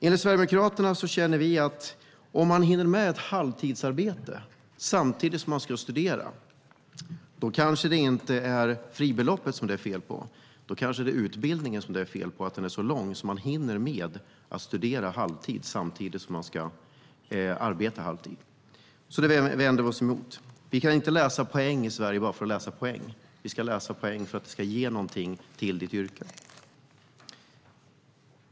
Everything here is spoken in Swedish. Vi sverigedemokrater känner att om man hinner med ett halvtidsarbete samtidigt som man studerar kanske det inte är fribeloppet som det är fel på. Då kanske det är utbildningen som det är fel på, att den är så lång att man hinner med att studera på halvtid samtidigt som man arbetar halvtid. Det vänder vi oss emot. Vi kan inte läsa in poäng i Sverige bara för att läsa in poäng. Vi ska läsa in poäng för att det ska ge någonting till yrket.